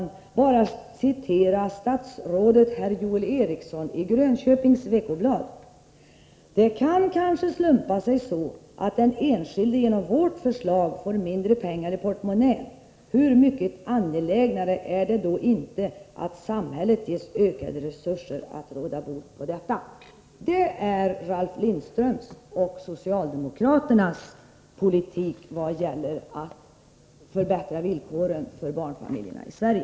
Jag skall citera vad stadsrådet Joel Eriksson sagt i Grönköpings Veckoblad: ”Det kan kanske slumpa sig så att den enskilde genom vårt förslag får mindre pengar i portmonnän. Hur mycket angelägnare är det då inte att samhället ges ökade resurser att råda bot på detta?” Det är socialdemokraternas politik vad gäller att förbättra villkoren för barnfamiljerna i Sverige.